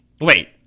Wait